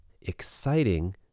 exciting